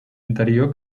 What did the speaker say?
interior